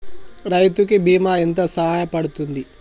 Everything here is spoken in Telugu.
రైతు కి బీమా ఎంత సాయపడ్తది?